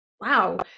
wow